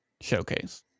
showcase